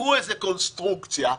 לקחו קונסטרוקציה,